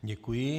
Děkuji.